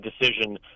decision